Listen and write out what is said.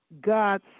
God